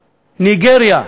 ניגריה,